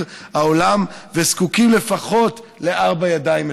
העולם זקוקים לפחות לארבע ידיים מטפלות.